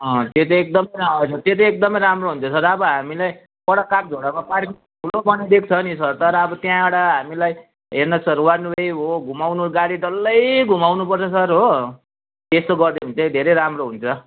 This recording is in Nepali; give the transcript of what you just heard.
अँ त्यो चाहिँ एकदमै हजुर त्यो चाहिँ एकदमै राम्रो हुन्छ सर अब हामीले पर कागझोडामा पार्किङ ठुलो बनाइदिएको छ नि सर तर अब त्यहाँबाट हामीलाई हेर्नुहोस् सर वान वे हो घुमाउनु गाडी डल्लै घुमाउनु पर्छ सर हो त्यसो गर्यो भने चाहिँ धेरै राम्रो हुन्छ